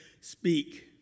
speak